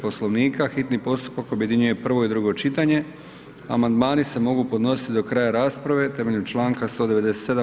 Poslovnika, hitni postupak objedinjuje prvo i drugo čitanje a amandmani se mogu podnositi do kraja rasprave temeljem članka 197.